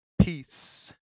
Peace